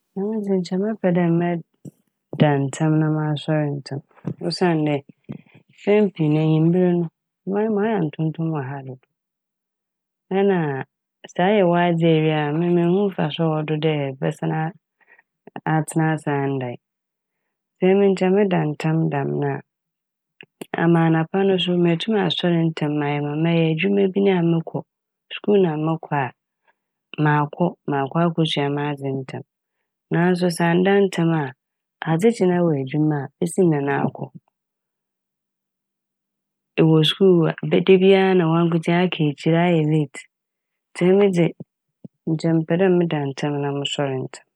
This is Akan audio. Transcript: Emi dze nkyɛ mɛpɛ dɛ mɛ- mɛda ntsɛm na masoɛr ntsɛm osiandɛ mpɛn pii no ewimber no ɔyɛ a ntonton wɔ ha dodo nna sɛ ayɛ w'adze ewie a me munnhu mfaso a ɔwɔ do dɛ ebɛsan a - atsena ase a enndae. Sɛ emi sɛ meda ntsɛm dɛm ne a, ama anapa no so meetum asoɛr ntsɛm mayɛ ma mɛyɛ ama edwuma bi nyi a mokɔ, skuul na mokɔ a, makɔ makɔ akosua m'adze ntsɛm naaso sɛ annda ntsɛm a adzekye na ɛwɔ edwuma a besi dɛn na akɔ. Ewɔ skuul da bi a na wɔankotsee aka ekyir ayɛ "late" ntsi emi dze nkyɛ mepɛ dɛ meda ntsɛm na mosoɛr ntsɛm.